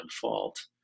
fault